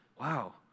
wow